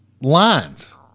Lines